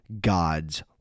God's